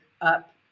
up